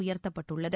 உயர்த்தப்பட்டுள்ளது